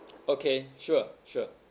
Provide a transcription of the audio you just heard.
okay sure sure